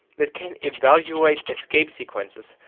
that can evaluate escape seqences,